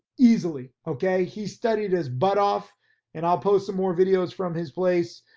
easily, okay? he studied his butt off and i'll post some more videos from his place.